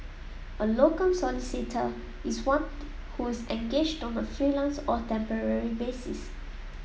a locum solicitor is one who is engaged on a freelance or temporary basis